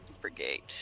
brigade